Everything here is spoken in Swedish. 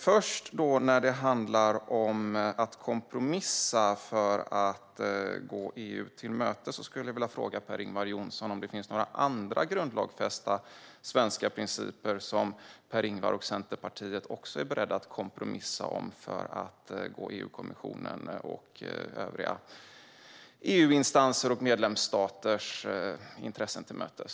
Först skulle jag, när det handlar om att kompromissa för att gå EU till mötes, vilja fråga Per-Ingvar Johnsson om det finns några andra grundlagsfästa svenska principer som han och Centerpartiet också är beredda att kompromissa om för att gå EU-kommissionens och övriga EU-instansers och medlemsstaters intressen till mötes.